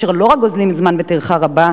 אשר לא רק גוזלים זמן רב וטרחה רבה